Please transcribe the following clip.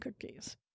cookies